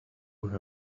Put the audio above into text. her